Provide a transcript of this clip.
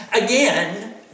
Again